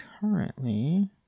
currently